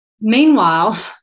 Meanwhile